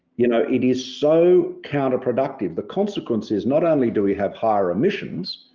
you know, it is so counterproductive, the consequences, not only do we have higher emissions,